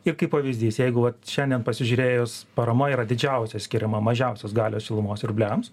ir kaip pavyzdys jeigu vat šiandien pasižiūrėjus parama yra didžiausia skiriama mažiausios galios šilumos siurbliams